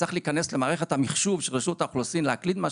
וצריך להיכנס למערכת המחשוב של רשות האוכלוסין להקליד משהו,